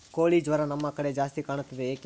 ಕೋಳಿ ಜ್ವರ ನಮ್ಮ ಕಡೆ ಜಾಸ್ತಿ ಕಾಣುತ್ತದೆ ಏಕೆ?